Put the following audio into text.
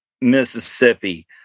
Mississippi